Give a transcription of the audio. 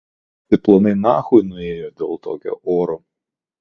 visi planai nachui nuėjo dėl tokio oro